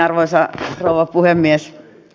arvoisa rouva puhemies